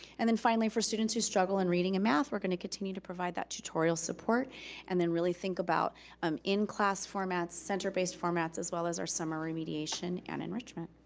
and then finally for students who struggle in reading and math, we're gonna continue to provide that tutorial support and then really think about um in-class formats, center-based formats, as well as our summer remediation and enrichment.